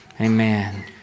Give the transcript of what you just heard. amen